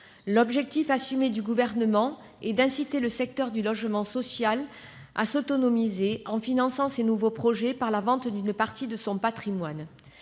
L'objectif assumé du Gouvernement est d'inciter le secteur du logement social à s'autonomiser, en finançant ses nouveaux projets par la vente d'une partie de son patrimoine.